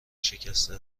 شکسته